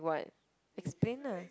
[what] explain lah